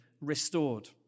Restored